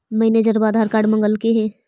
मैनेजरवा आधार कार्ड मगलके हे?